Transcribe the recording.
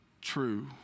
true